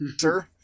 sir